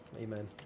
Amen